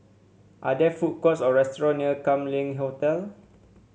are there food courts or restaurant near Kam Leng Hotel